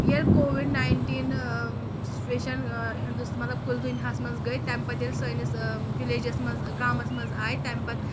ییٚلہِ covid nineteen situation ہِنٛدُس مطلب کُلۍ دُنیاہَس منٛز گٔیے تَمہِ پَتہٕ ییٚلہِ سٲنِس وِلیٚجس منٛز گامَس منٛز آیہِ تَمہِ پَتہٕ